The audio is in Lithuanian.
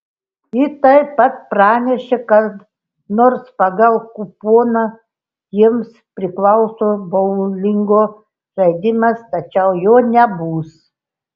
ji taip pat pranešė kad nors pagal kuponą jiems priklauso boulingo žaidimas tačiau jo nebus